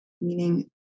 meaning